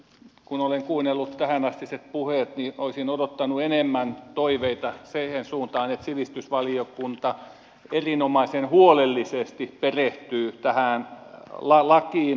kun olen kuunnellut tähänastiset puheet niin olisin odottanut enemmän toiveita siihen suuntaan että sivistysvaliokunta erinomaisen huolellisesti perehtyy tähän lakiin